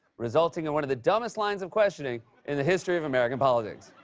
resulting in one of the dumbest lines of questioning in the history of american politics.